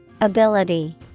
Ability